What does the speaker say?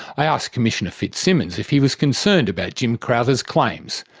i asked commissioner fitzsimmons if he was concerned about jim crowther's claims,